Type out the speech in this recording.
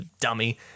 dummy